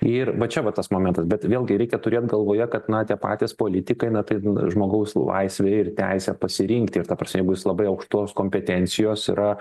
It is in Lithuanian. ir va čia va tas momentas bet vėlgi reikia turėt galvoje kad na tie patys politikai na tai žmogaus laisvė ir teisė pasirinkti ir ta prasme jeigu jis labai aukštos kompetencijos yra